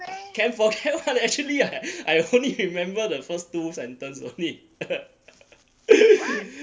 can forget [one] actually I only remember the first two sentence only